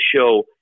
show